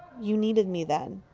you needed me then.